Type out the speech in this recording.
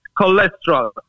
cholesterol